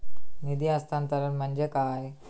निधी हस्तांतरण म्हणजे काय?